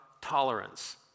tolerance